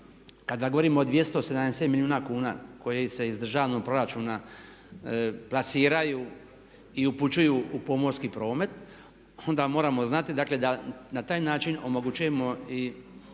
kada govorimo o 270 milijuna kuna koje se iz državnog proračuna plasiraju i upućuju u pomorski promet onda moramo znati dakle da na taj način omogućavamo i